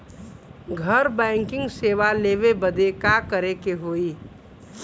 घर बैकिंग सेवा लेवे बदे का करे के होई?